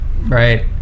right